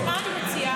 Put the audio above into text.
אז מה אני מציעה?